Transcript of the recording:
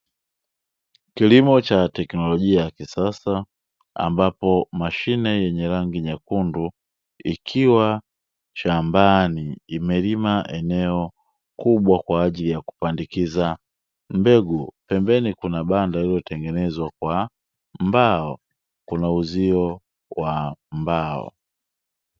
Kilimo cha teknolojia ya kisasa, ambapo mashine yenye rangi nyekundu shambani imelima eneo kubwa kwa ajili ya kupandikiza mbegu; pembeni kuna banda lililotengenezwa kwa mbao na uzio wa mbao.